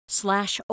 slash